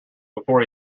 before